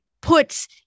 puts